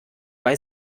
weil